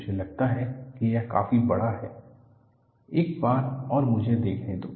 मुझे लगता है कि यह काफी बड़ा है एक बार और मुझे देखने दो